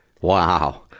Wow